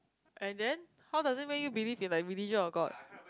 and then how does it make you believe in like religion or God